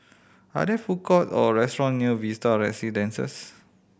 are there food court or restaurant near Vista Residences